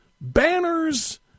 banners